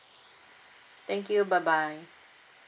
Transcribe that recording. thank you bye bye